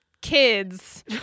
kids